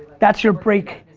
that's your break.